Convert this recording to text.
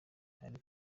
ariko